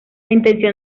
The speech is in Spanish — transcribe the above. intención